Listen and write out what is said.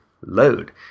load